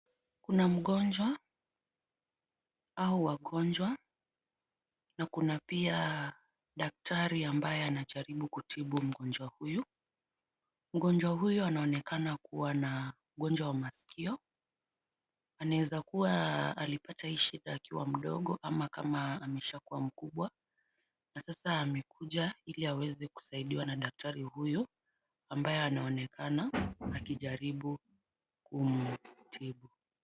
Kuna mgonjwa au wagonjwa na kuna pia daktari ambaye anajaribu kutibu mgonjwa huyu, mgonjwa huyo anaonekana kuwa na ugonjwa wa masikio, anaweza kuwa alipata hii shida akiwa mdogo ama kama ameshakuwa mkubwa, na sasa amekuja ili aweze kusaidiwa na daktari huyu ambaye anaonekana akijaribu kumtibu.